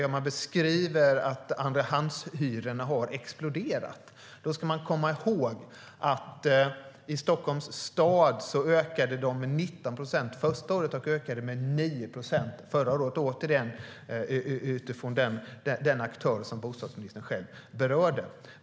När man beskriver att andrahandshyrorna har exploderat ska man komma ihåg att de i Stockholms stad ökade med 19 procent första året och med 9 procent förra året, återigen utifrån den aktör som bostadsministern själv berörde.